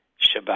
Shabbat